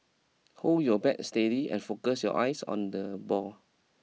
hold your bat steady and focus your eyes on the ball